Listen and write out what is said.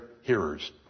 hearers